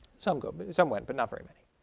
some go. but some went but not very many.